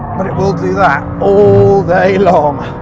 but it will do that, all day long.